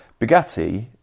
Bugatti